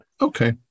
Okay